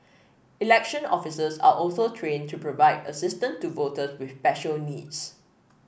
election officers are also trained to provide assistance to voters with special needs